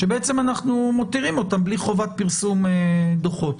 שבעצם אנחנו מותירים אותם בלי חובת פרסום דוחות.